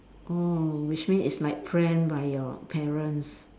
oh which means it's like planned by your parents